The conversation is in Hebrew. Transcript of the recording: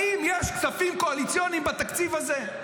האם יש כספים קואליציוניים בתקציב הזה?